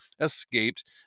escaped